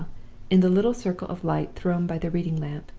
in the little circle of light thrown by the reading-lamp,